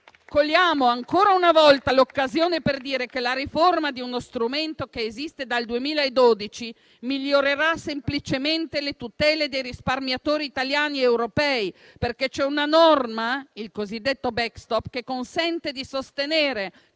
Cogliamo ancora una volta l'occasione per dire che la riforma di uno strumento che esiste dal 2012 migliorerà semplicemente le tutele dei risparmiatori italiani ed europei. C'è infatti una norma, il cosiddetto *backstop*, che consente di sostenere